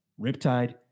Riptide